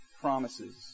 promises